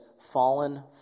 fallen